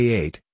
eight